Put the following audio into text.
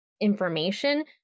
information